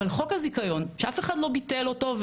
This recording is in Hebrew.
אבל חוק הזיכיון שאף אחד לא ביטל אותו,